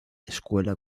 escuela